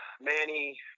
Manny